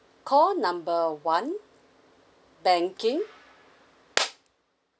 call number one banking